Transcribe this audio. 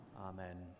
Amen